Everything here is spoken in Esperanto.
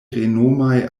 renomaj